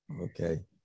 Okay